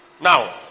Now